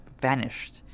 vanished